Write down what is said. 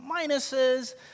minuses